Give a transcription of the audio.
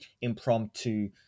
impromptu